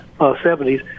70s